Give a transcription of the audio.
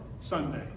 Sunday